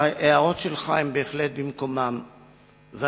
ההערות שלך הן בהחלט במקומן והנושאים